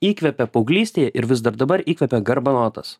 įkvepia paauglystėj ir vis dar dabar įkvepia garbanotas